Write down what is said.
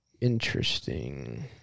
Interesting